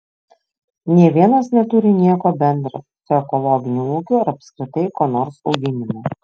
nė vienas neturi nieko bendra su ekologiniu ūkiu ar apskritai ko nors auginimu